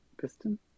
piston